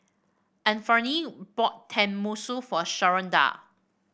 Anfernee bought Tenmusu for Sharonda